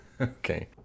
Okay